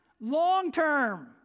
Long-term